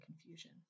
confusion